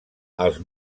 els